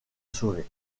sauver